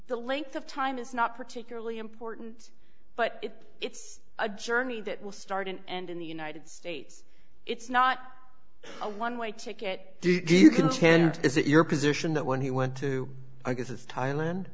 the length of time is not particularly important but it's a journey that will start and in the united states it's not a one way ticket is it your position that when he went to i guess is thailand